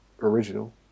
original